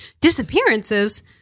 disappearances